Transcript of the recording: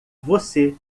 você